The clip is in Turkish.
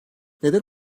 neden